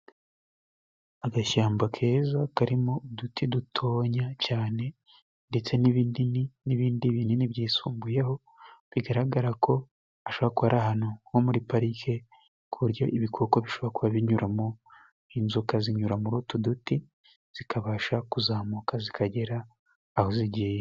Agashyamba keza karimo uduti dutonya cyane ndetse n'ibindi binini byisumbuyeho, bigaragara ko hashobora kuba ari ahantu nko muri parike ku buryo ibikoko bishobora kuba binyuramo, inzoka zinyura muri utu duti zikabasha kuzamuka zikagera aho zigiye.